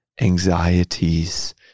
anxieties